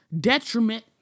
Detriment